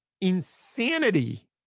Insanity